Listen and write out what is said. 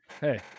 Hey